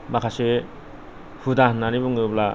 माखासे हुदा होन्नानै बुङोब्ला